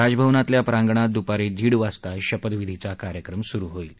राजभवनातल्या प्रांगणात दुपारी दीड वाजता शपथविधीचा कार्यक्रम सुरु होईल